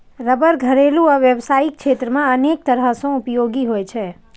रबड़ घरेलू आ व्यावसायिक क्षेत्र मे अनेक तरह सं उपयोगी होइ छै